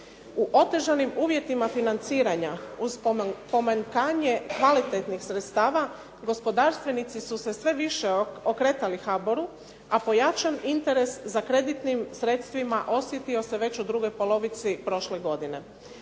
U otežanim uvjetima financiranja uz pomanjkanje kvalitetnih sredstava gospodarstvenici su se sve više obraćali HBOR-u, a pojačan interes za kreditnim sredstvima osjetio se već u drugoj polovici prošle godine.